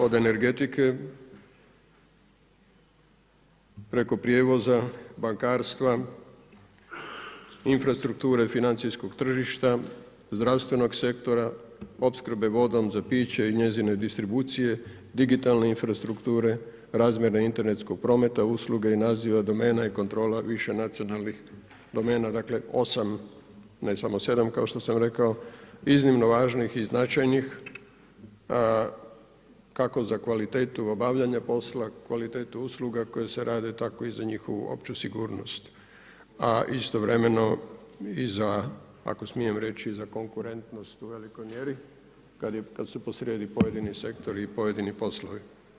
Od energetike, preko prijevoza, bankarstva, infrastrukture, financijskog tržišta, zdravstvenog sektora, opskrbe vodom za piće i njezine distribucije, digitalne infrastrukture, razmjene internetskog prometa usluge i naziva domena i kontrola više nacionalnih domena dakle, osam, ne samo sedam, kao što sam rekao, iznimno važnih i značajnih kako za kvalitetu obavljanja posla, kvalitetu usluga koje se rade, tako i za njihovu opću sigurnost, a istovremeno i za, ako smijem reći, za konkurentnost u velikoj mjeri kad su posrijedi pojedini sektori i pojedini poslovi.